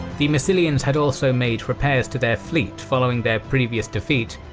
the massilians had also made repairs to their fleet following their previous defeat,